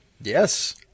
Yes